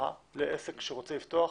גבוהה לעסק שרוצה לפתוח.